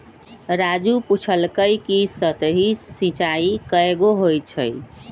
राजू पूछलकई कि सतही सिंचाई कैगो होई छई